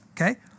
okay